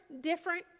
different